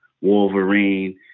Wolverine